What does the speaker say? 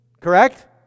Correct